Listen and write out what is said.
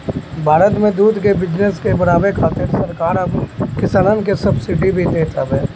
भारत में दूध के बिजनेस के बढ़ावे खातिर सरकार अब किसानन के सब्सिडी भी देत हवे